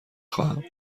خواهم